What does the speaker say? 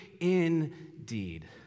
indeed